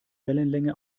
wellenlänge